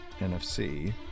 NFC